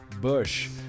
Bush